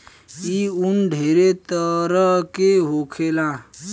ई उन ढेरे तरह के होखेला